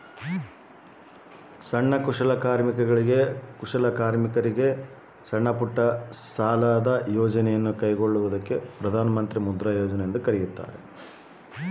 ಪ್ರಧಾನ ಮಂತ್ರಿ ಮುದ್ರಾ ಯೋಜನೆ ಅಂದ್ರೆ ಏನ್ರಿ?